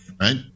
Right